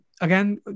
again